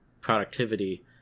productivity